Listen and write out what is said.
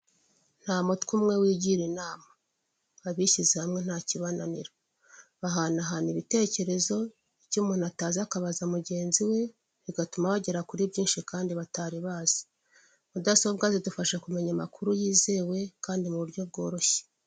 Nta mutwe umwe wigira inama abishyize hamwe nta kibananira bahanahana ibitekerezo icyo umuntu atazi akabaza mugenzi we, bigatuma bagera kuri byinshi kandi batari bazi mudasobwa zidufasha kumenya amakuru yizewe kandi mu buryo bworoshye.